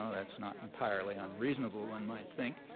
um that's not entirely unreasonable, one might think.